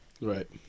Right